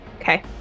Okay